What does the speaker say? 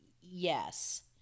yes